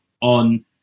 on